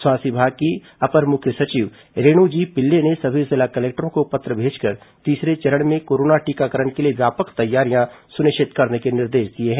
स्वास्थ्य विभाग की अपर मुख्य सचिव रेणु जी पिल्ले ने सभी जिला कलेक्टरों को पत्र भेजकर तीसरे चरण में कोरोना टीकाकरण के लिए व्यापक तैयारियां सुनिश्चित करने के निर्देश दिए हैं